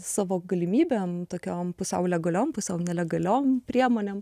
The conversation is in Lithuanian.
savo galimybėm tokiom pusiau legaliom pusiau nelegaliom priemonėm